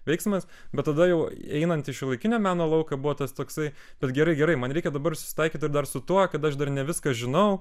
veiksmas bet tada jau einant į šiuolaikinio meno lauką buvo tas toksai kad gerai gerai man reikia dabar susitaikyti ir dar su tuo kad aš dar ne viską žinau